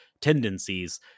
tendencies